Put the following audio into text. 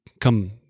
come